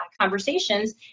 conversations